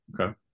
Okay